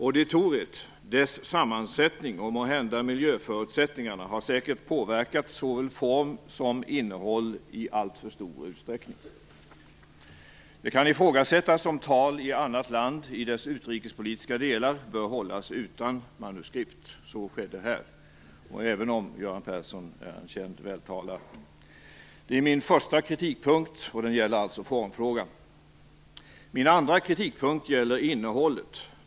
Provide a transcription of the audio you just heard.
Auditoriet, dess sammansättning och måhända miljöförutsättningarna har säkert påverkat såväl form som innehåll i alltför stor utsträckning. Det kan ifrågasättas om tal i annat land, i dess utrikespolitiska delar, bör hållas utan manuskript, vilket skedde här, även om Göran Persson är en känd vältalare. Det är min första kritikpunkt, och den gäller alltså formfrågan. Min andra kritikpunkt gäller innehållet.